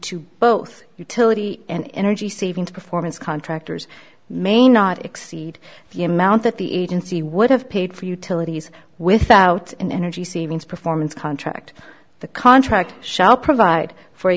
to both utility and energy savings performance contractors may not exceed the amount that the agency would have paid for utilities without an energy savings performance contract the contract shall provide for a